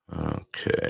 Okay